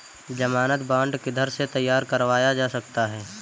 ज़मानत बॉन्ड किधर से तैयार करवाया जा सकता है?